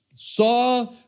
saw